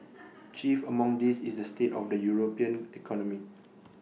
chief among these is the state of the european economy